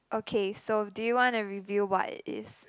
okay so do you wanna reveal what it is